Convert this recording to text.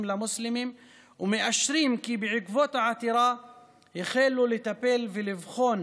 למוסלמים ומאשרים כי בעקבות העתירה החלו לטפל ולבחון